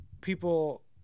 people